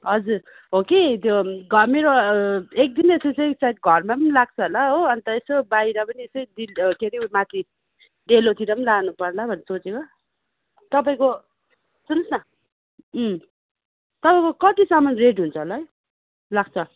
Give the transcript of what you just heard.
हजुर हो कि त्यो घर मेरो एक दिन जस्तो चाहिँ सायद घरमा पनि लाग्छ होला हो अन्त यसो बाहिर पनि यसो दिन के हरे उयो माथि डेलोतिर पनि लानुपर्ला भनेर सोचेको तपाईँको सुन्नुहोस् न तपाईँको कतिसम्म रेट हुन्छ होला है लाग्छ